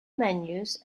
menus